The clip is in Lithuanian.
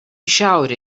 šiaurę